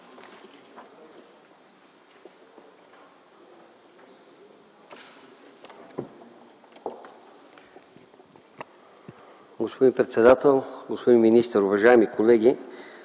Господин председател, господин министър, уважаеми колеги!